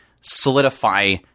solidify